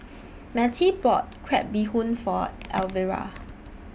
Mattie bought Crab Bee Hoon For Elvira